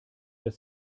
dass